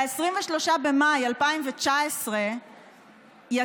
ב-23 במאי 2019 יזמתי,